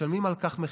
משלמים על כך מחיר,